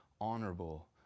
honorable